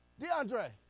DeAndre